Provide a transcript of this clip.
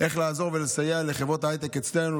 לעזור ולסייע לחברות ההייטק אצלנו,